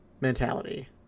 mentality